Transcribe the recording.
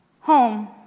home